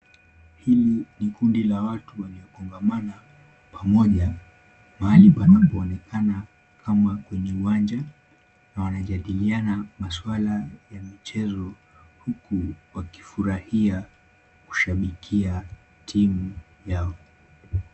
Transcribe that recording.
Hili ni kundi la watu waliokongamana pamoja mahali panapoonekana kama kwenye uwanja na wanajadiliana maswala ya michezo huku wakifurahia kushabikia timu yao.